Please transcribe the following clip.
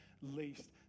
least